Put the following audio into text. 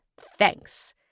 Thanks